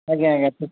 ଆଜ୍ଞ ଆଜ୍ଞା